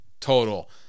total